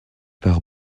par